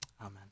Amen